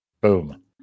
Boom